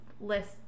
list